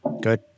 Good